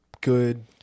good